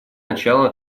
начало